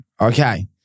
okay